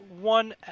One